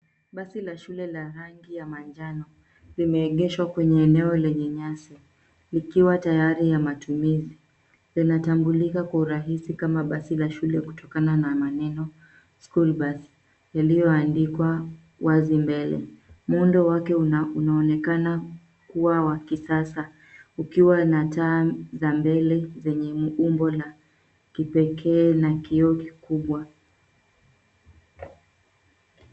Basi la shule la rangi ya manjano limeegeshwa kwenye eneo lenye nyasi likiwa tayari ya matumizi. Linatambulika kwa urahisi kama basi la shule kutokana na maneno school bus yaliyoandikwa wazi mbele. Muundo wake una, unaonekana kuwa wa kisasa, ukiwa na taa za mbele zenye umbo la kipekee na kioo kikubwa.